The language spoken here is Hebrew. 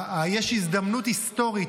יש הזדמנות היסטורית,